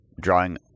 drawing